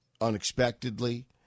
unexpectedly